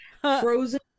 frozen